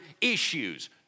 issues